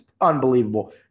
unbelievable